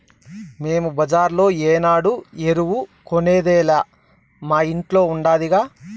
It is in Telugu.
మేము బజార్లో ఏనాడు ఎరువు కొనేదేలా మా ఇంట్ల ఉండాదిగా